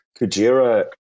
Kujira